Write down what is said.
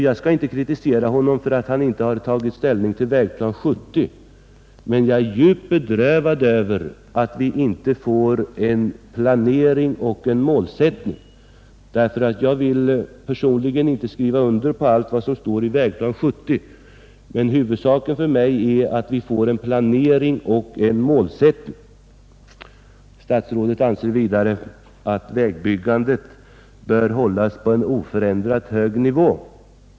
Jag skall inte kritisera honom för detta, men jag är djupt bedrövad över att vi inte får en planering och en målsättning. Jag vill personligen inte skriva under på allt som står i Vägplan 70, men huvudsaken för mig är att vi får en planering och en målsättning som överensstämmer med vårt regionalpolitiska program. Statsrådet anser vidare att vägbyggandet bör hållas på en oförändrat hög nivå.